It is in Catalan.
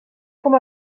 com